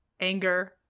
anger